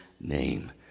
name